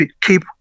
keep